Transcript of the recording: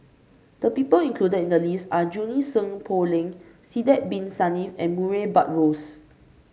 the people included in the list are Junie Sng Poh Leng Sidek Bin Saniff and Murray Buttrose